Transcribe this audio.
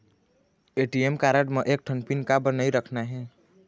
ATM card म एक ठन पिन काबर नई रखना हे?